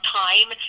time